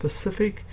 specific